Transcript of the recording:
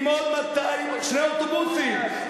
או שני אוטובוסים,